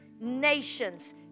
nations